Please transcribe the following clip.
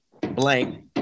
blank